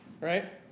right